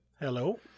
Hello